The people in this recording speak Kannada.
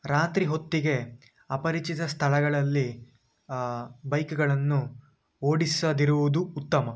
ರಾತ್ರಿ ಹೊತ್ತಿಗೆ ಅಪರಿಚಿತ ಸ್ಥಳಗಳಲ್ಲಿ ಬೈಕ್ಗಳನ್ನು ಓಡಿಸದಿರುವುದು ಉತ್ತಮ